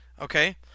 okay